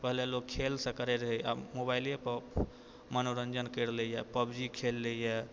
पहिले लोक खेलसँ करै रहै आब मोबाइलेपर मनोरञ्जन करि लै यऽ पब्जी खेलि लैए